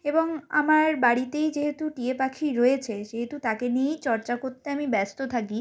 এবং আমার বাড়িতেই যেহেতু টিয়া পাখি রয়েছে সেহেতু তাকে নিয়েই চর্চা করতে আমি ব্যস্ত থাকি